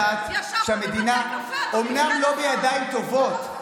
אצלכם אפשר לדעת שהמדינה אומנם לא בידיים טובות,